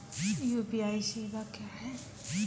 UPI सेवा क्या हैं?